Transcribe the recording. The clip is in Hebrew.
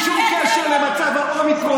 בלי שום קשר למצב האומיקרון.